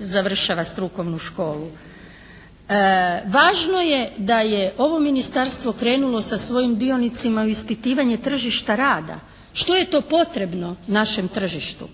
završava strukovnu školu. Važno je da je ovo ministarstvo krenulo sa svojim bionicima u ispitivanje tržišta rada. Što je to potrebno našem tržištu,